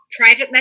private